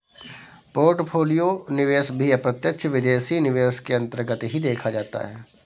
portfolio निवेश भी प्रत्यक्ष विदेशी निवेश के अन्तर्गत ही देखा जाता है